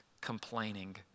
complaining